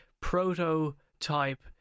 prototype